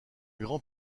grand